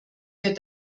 wir